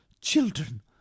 Children